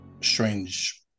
strange